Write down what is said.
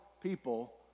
people